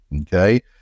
okay